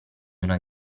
una